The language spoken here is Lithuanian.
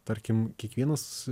tarkim kiekvienas